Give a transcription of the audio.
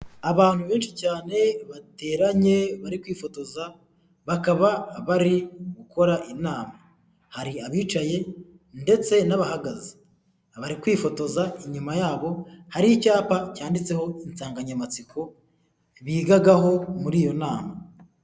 Abantu benshi cyane bateranye bari kwifotoza, bakaba bari gukora inama, hari abicaye ndetse n'abahagaze bari kwifotoza, inyuma yabo hari icyapa cyanditseho insanganyamatsiko bigagaho muri iyo nama.